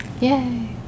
Yay